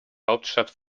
hauptstadt